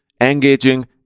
engaging